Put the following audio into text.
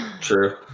True